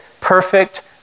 perfect